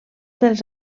dels